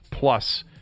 plus